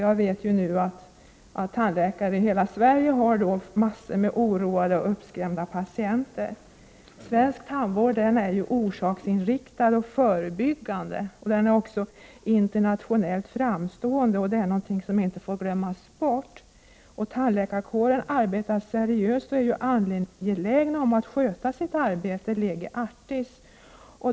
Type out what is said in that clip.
Jag vet att tandläkare i hela Sverige nu har massor av oroade och uppskrämda patienter. Svensk tandvård är ju orsaksinriktad och förebyggande. Den är också internationeilt framstående. Det är någonting som inte får glömmas bort. Tandläkarkåren arbetar seriöst och är angelägen om att sköta sitt arbete lege artis.